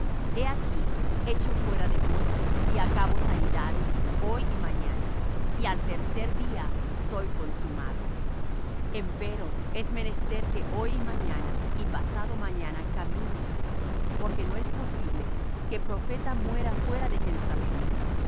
he aquí echo fuera demonios y acabo sanidades hoy y mañana y al tercer día soy consumado empero es menester que hoy y mañana y pasado mañana camine porque no es posible que profeta muera fuera de jerusalem